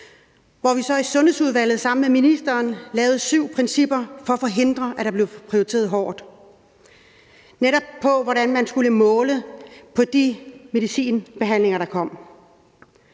hvor vi så i Sundhedsudvalget sammen med ministeren lavede syv principper for at forhindre, at der blev prioriteret hårdt. Det var netop om, hvordan man skulle måle på de medicinske behandlinger, der kom.